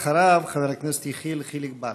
אחריו, חבר הכנסת יחיאל חיליק בר.